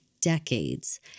decades